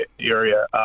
area